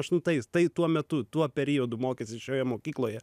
aštuntais tai tuo metu tuo periodu mokėsi šioje mokykloje